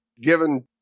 given